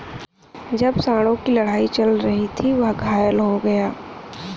जब सांडों की लड़ाई चल रही थी, वह घायल हो गया